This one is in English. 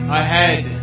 ahead